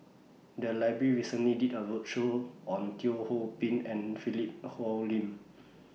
The Library recently did A roadshow on Teo Ho Pin and Philip Hoalim